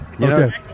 Okay